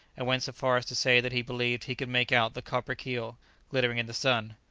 and went so far as to say that he believed he could make out the copper keel glittering in the sun.